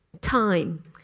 time